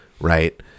right